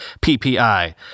ppi